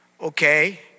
okay